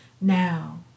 now